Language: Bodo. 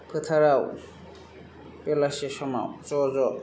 फोथाराव बेलासे समाव ज' ज'